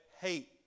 hate